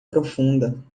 profunda